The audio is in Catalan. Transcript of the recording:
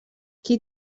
qui